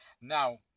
Now